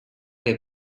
que